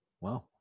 wow